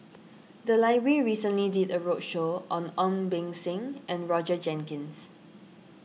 the library recently did a roadshow on Ong Beng Seng and Roger Jenkins